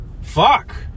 Fuck